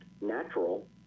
natural